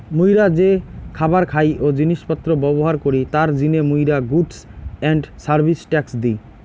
মুইরা যে খাবার খাই ও জিনিস পত্র ব্যবহার করি তার জিনে মুইরা goods and service tax the